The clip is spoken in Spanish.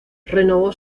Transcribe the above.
renovó